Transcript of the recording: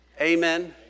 Amen